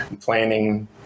planning